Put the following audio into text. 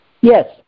Yes